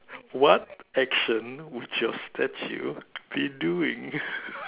what action would your statue be doing